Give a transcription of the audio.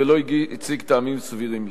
ולא הציג טעמים סבירים לכך.